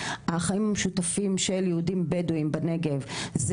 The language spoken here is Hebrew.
החיים המשותפים של יהודים-בדואים בנגב זה